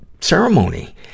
ceremony